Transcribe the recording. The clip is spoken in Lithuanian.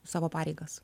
savo pareigas